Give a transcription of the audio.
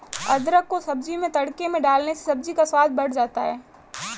अदरक को सब्जी में तड़के में डालने से सब्जी का स्वाद बढ़ जाता है